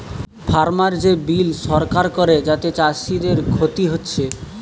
farmer যে bill সরকার করে যাতে চাষীদের ক্ষতি হচ্ছে